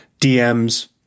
DMs